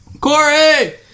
Corey